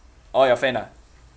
oh your fan ah